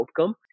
outcome